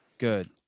good